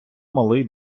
малий